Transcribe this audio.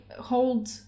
hold